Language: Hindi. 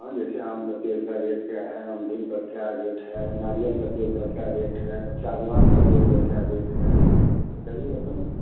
हाँ जैसे आम के पेड़ का रेट क्या है अमरूद के क्या रेट है नारियल के पेड़ का क्या रेट है सागवान के पेड़ का क्या रेट है बताइगा तब ना